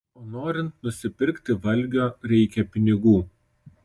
o norint nusipirkti valgio reikia pinigų